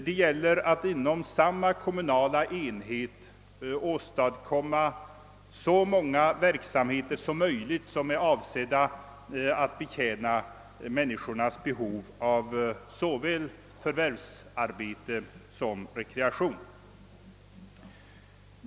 Det gäller att inom samma kommunala enhet åstadkomma så många verksamheter som möjligt avsedda att betjäna människornas behov av såväl förvärvsarbete som rekreation.